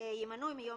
יימנו מיום